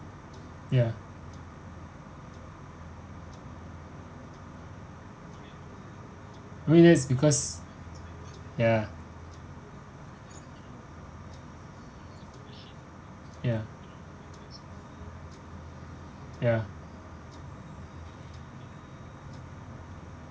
ya I mean that's because ya ya ya